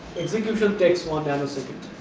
execution takes one nano second,